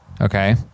Okay